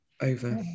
over